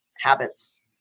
habits